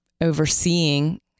overseeing